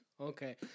Okay